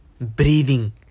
breathing